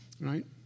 right